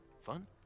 fun